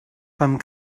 beim